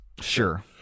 sure